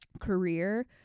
career